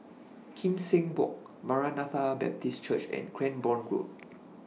Kim Seng Walk Maranatha Baptist Church and Cranborne Road